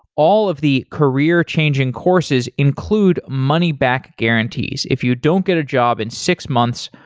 all of the career changing courses include money back guarantees. if you don't get a job in six months,